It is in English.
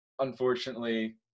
Unfortunately